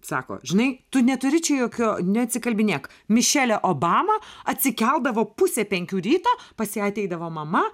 sako žinai tu neturi čia jokio neatsikalbinėk mišelė obama atsikeldavo pusę penkių ryto pas ją ateidavo mama